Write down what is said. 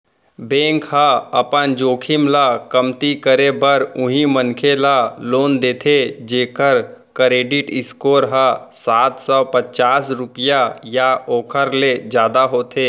bank ह अपन जोखिम ल कमती करे बर उहीं मनखे ल लोन देथे जेखर करेडिट स्कोर ह सात सव पचास रुपिया या ओखर ले जादा होथे